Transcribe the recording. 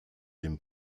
dem